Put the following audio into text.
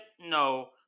No